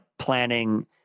planning